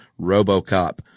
RoboCop